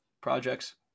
projects